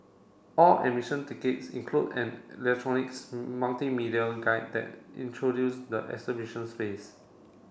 all admission tickets include an electronics multimedia guide that introduce the exhibition space